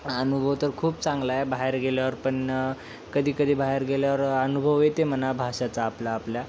अनुभव तर खूप चांगला आहे बाहेर गेल्यावरपण कधीकधी बाहेर गेल्यावर अनुभव येते मला भाषेचा आपला आपल्या